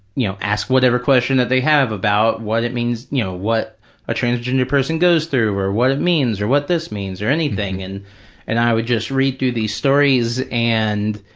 you know, ask whatever question that they have about what it means, you know, what a transgender person goes through or what it means or what this means or anything, and and i would just read through these stories. and,